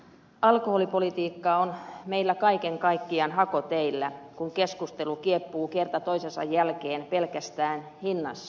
alkoholipolitiikka on meillä kaiken kaikkiaan hakoteillä kun keskustelu kieppuu kerta toisensa jälkeen pelkästään hinnassa